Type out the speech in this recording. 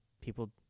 people